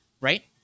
right